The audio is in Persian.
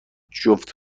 جفت